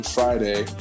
Friday